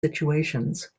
situations